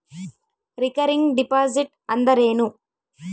Recurring deposit ಅಂದರೇನು?